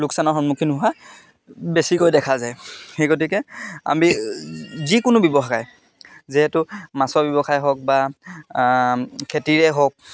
লোকচানৰ সন্মুখীন হোৱা বেছিকৈ দেখা যায় সেই গতিকে আমি যিকোনো ব্যৱসায় যিহেতু মাছৰ ব্যৱসায় হওক বা খেতিৰে হওক